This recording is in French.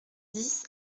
dix